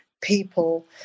People